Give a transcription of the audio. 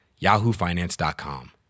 yahoofinance.com